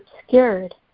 obscured